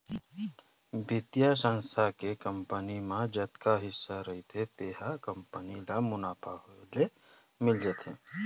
बित्तीय संस्था के कंपनी म जतका हिस्सा रहिथे तेन ह कंपनी ल मुनाफा होए ले मिल जाथे